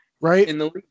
Right